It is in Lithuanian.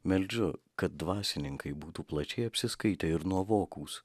meldžiu kad dvasininkai būtų plačiai apsiskaitę ir nuovokūs